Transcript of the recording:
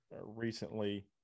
recently